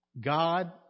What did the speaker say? God